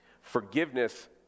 Forgiveness